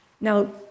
Now